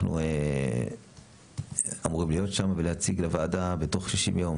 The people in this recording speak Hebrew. אנחנו אמורים להיות שמה ולהציג לוועדה בתוך שישים יום,